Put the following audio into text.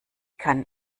kann